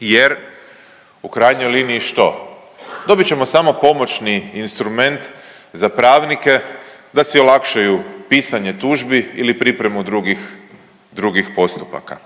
Jer u krajnjoj liniji što, dobit ćemo samo pomoćni instrument za pravnike da si olakšaju pisanje tužbi ili pripremu drugih, drugih postupaka.